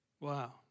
Wow